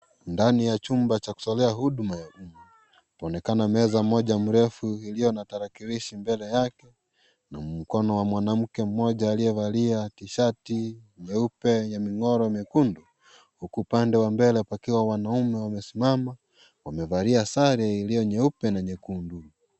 Ndani ya chumba cha kusomea huduma ya uma, kwaonekana meza moja mrefu ilio na tarakirishi mbele yake, na mkono wa mwanamke mmoja aliyevalia tishati, nyeupe, ya mingoro myekundu, huku upande wa mbele pakiwa wanaume wamesimama, wamevalia sare ilio nyeupe na nyekundu.